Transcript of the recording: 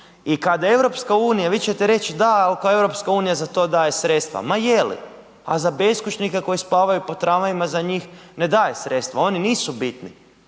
I kad EU, vi ćete reći da ako EU za to daje sredstva, ma je li, a za beskućnika koji spavaju po tramvajima za njih ne daje sredstva, oni nisu bitni.